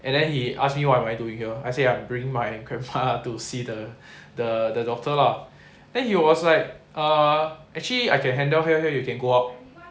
and then he ask me why am I doing here I say I'm bringing my grandma to see the the doctor lah then he was like uh actually I can handle here here you can go out